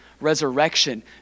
resurrection